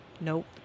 Nope